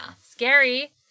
scary